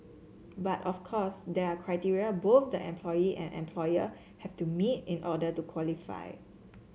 but of course there are criteria both the employee and employer have to meet in order to qualify